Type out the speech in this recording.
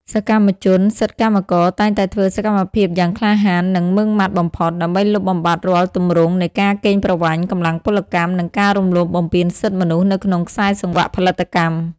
សកម្មជនសិទ្ធិកម្មករតែងតែធ្វើសកម្មភាពយ៉ាងក្លាហាន និងម៉ឺងម៉ាត់បំផុត ដើម្បីលុបបំបាត់រាល់ទម្រង់នៃការកេងប្រវ័ញ្ចកម្លាំងពលកម្ម និងការរំលោភបំពានសិទ្ធិមនុស្សនៅក្នុងខ្សែសង្វាក់ផលិតកម្ម។